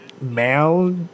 male